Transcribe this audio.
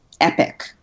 epic